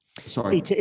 Sorry